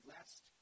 Last